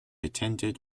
attended